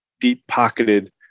deep-pocketed